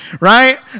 right